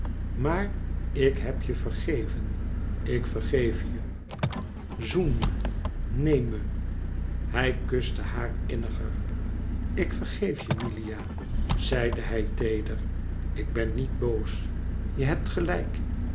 maar ik heb je vergeven ik vergeef je zoen me neem me hij kuste haar inniger ik vergeef je milia zeide hij teerder ik ben niet boos je hebt gelijk